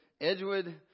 Edgewood